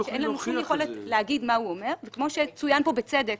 יכולת להסביר מה הוא אומר וכמו שנאמר כאן בצדק